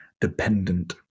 dependent